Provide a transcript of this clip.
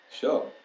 sure